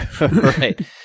Right